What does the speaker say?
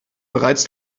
bereits